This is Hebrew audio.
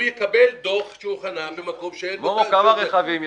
הוא יקבל דוח אם הוא יחנה במקום שמיועד לחניית נכים.